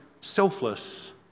selfless